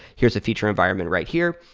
here's a future environment right here.